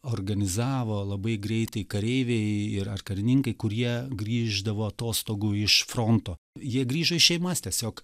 organizavo labai greitai kareiviai ir ar karininkai kurie grįždavo atostogų iš fronto jie grįžo į šeimas tiesiog